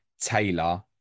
Taylor